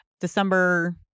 December